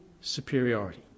superiority